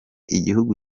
igihugu